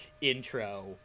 intro